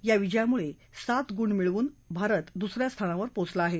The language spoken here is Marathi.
या विजयामुळे सात गुण मिळवून भारत दुस या स्थानावर पोचला आहे